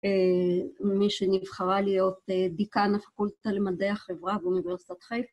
ממי שנבחרה להיות דיקן הפקולטה למדעי החברה באוניברסיטת חיפה.